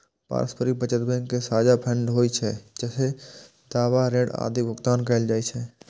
पारस्परिक बचत बैंक के साझा फंड होइ छै, जइसे दावा, ऋण आदिक भुगतान कैल जाइ छै